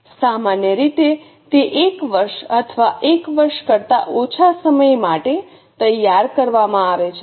સામાન્ય રીતે તે એક વર્ષ અથવા એક વર્ષ કરતા ઓછા સમય માટે તૈયાર કરવામાં આવે છે